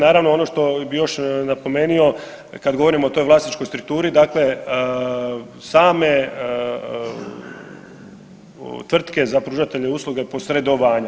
Naravno ono što bih još napomenuo kad govorim o toj vlasničkoj strukturi, dakle same tvrtke za pružatelje usluga posredovanja.